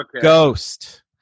Ghost